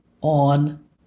on